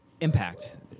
impact